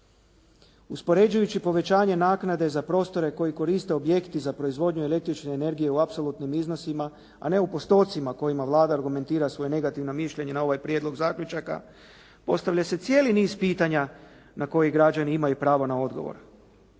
Uspoređujući povećanje naknade za prostore koji koriste objekti za proizvodnju električne energije u apsolutnim iznosima a ne u postocima kojima Vlada argumentira svoje negativno mišljenje na ovaj prijedlog zaključaka postavlja se cijeli niz pitanja na koji građani imaju pravo na odgovor.